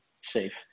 safe